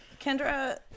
Kendra